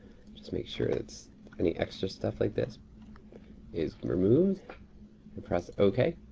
just make sure it's any extra stuff like this is removed, and press okay.